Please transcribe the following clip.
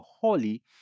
holy